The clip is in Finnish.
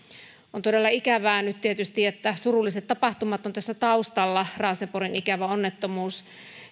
on todella ikävää nyt tietysti että surulliset tapahtumat ovat tässä taustalla raaseporin ikävä onnettomuus